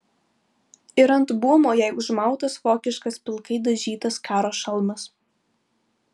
ir ant buomo jai užmautas vokiškas pilkai dažytas karo šalmas